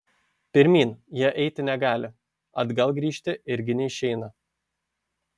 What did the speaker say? pirmyn jie eiti negali atgal grįžti irgi neišeina